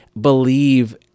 believe